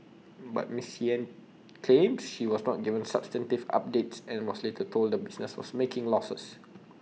but miss Yen claims she was not given substantive updates and was later told the business was making losses